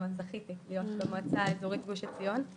זכיתי להיות חברה במועצה האיזורית גוש עציון.